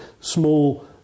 small